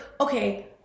okay